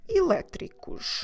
elétricos